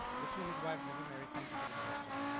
the two midwives never married. thank you for the question.